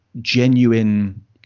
genuine